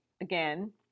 again